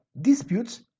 Disputes